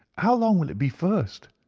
how long will it be first?